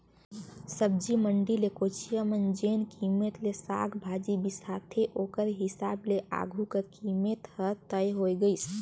सब्जी मंडी ले कोचिया मन जेन कीमेत ले साग भाजी बिसाथे ओकर हिसाब ले आघु कर कीमेत हर तय होए गइस